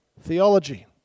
theology